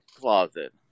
closet